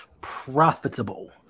profitable